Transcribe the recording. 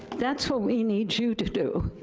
that's what we need you to do,